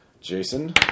Jason